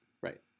Right